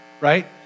right